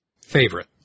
favorite